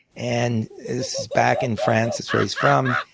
and is back in france that's where he's from.